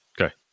okay